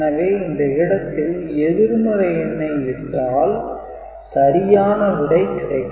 எனவே இந்த இடத்தில் எதிர்மறை எண்ணை இட்டால் சரியான விடை கிடைக்கும்